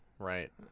right